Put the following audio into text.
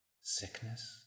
sickness